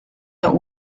der